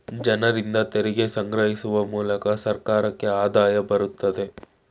ಜನರಿಂದ ತೆರಿಗೆ ಸಂಗ್ರಹಿಸುವ ಮೂಲಕ ಸರ್ಕಾರಕ್ಕೆ ಆದಾಯ ಬರುತ್ತದೆ